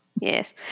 Yes